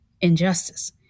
injustice